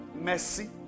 mercy